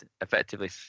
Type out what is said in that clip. effectively